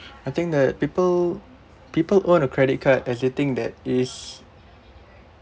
I think that people people own a credit card as they think that is